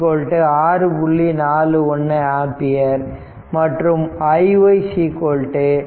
41 ampere மற்றும் iy 3